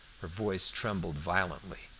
her voice trembled violently.